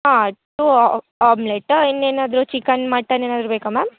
ಹಾಂ two omelette ಇನ್ನೇನಾದರೂ chicken mutton ಏನಾದರೂ ಬೇಕಾ ಮ್ಯಾಮ್